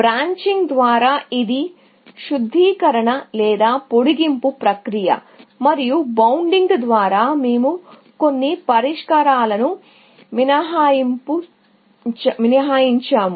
branching ద్వారా ఇది శుద్ధీకరణ లేదా పొడిగింపు ప్రక్రియ మరియు బౌండింగ్ ద్వారా మేము కొన్ని పరిష్కారాలను మినహాయించాము